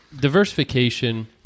diversification –